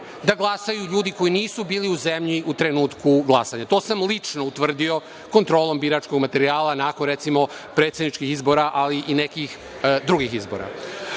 da glasaju ljudi koji nisu bili u zemlji u trenutku glasanja. To sam lično utvrdio kontrolom biračkog materijala nakon predsedničkih izbora, ali i nekih drugih izbora. Ovim